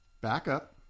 Backup